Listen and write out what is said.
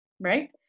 right